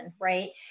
right